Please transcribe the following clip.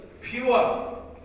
pure